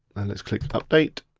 and let's click update.